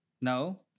No